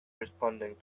responding